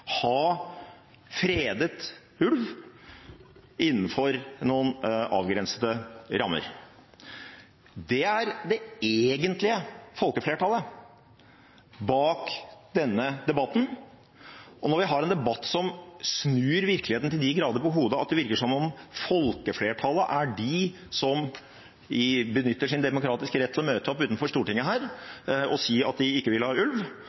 ha fredet ulv, innenfor noen avgrensede rammer. Det er det egentlige folkeflertallet bak denne debatten. Og når vi har en debatt som snur virkeligheten til de grader på hodet, slik at det virker som om folkeflertallet er de som benytter sin demokratiske rett til å møte opp utenfor Stortinget og si at de ikke vil ha ulv